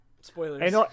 Spoilers